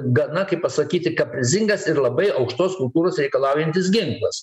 gana kaip pasakyt kaprizingas ir labai aukštos kultūros reikalaujantis ginklas